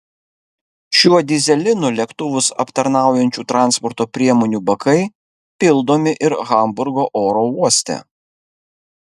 šiuo dyzelinu lėktuvus aptarnaujančių transporto priemonių bakai pildomi ir hamburgo oro uoste